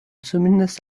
zumindest